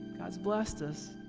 god's blessed us.